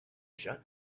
shut